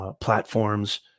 platforms